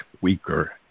weaker